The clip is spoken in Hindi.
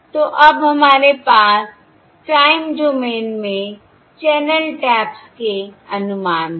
तो अब हमारे पास टाइम डोमेन में चैनल टैप्स के अनुमान हैं